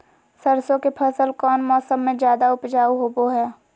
सरसों के फसल कौन मौसम में ज्यादा उपजाऊ होबो हय?